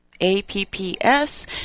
A-P-P-S